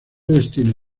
destino